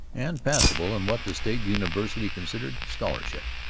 and passable in what the state university considered scholarship.